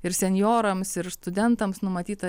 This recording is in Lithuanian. ir senjorams ir studentams numatyta